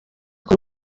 uko